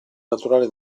naturale